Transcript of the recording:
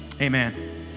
amen